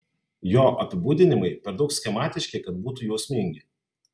jo apibūdinimai per daug schematiški kad būtų jausmingi